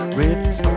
ripped